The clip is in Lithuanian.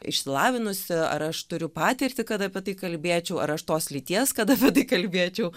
išsilavinusi ar aš turiu patirtį kad apie tai kalbėčiau ar aš tos lyties kad apie tai kalbėčiau